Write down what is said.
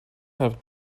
have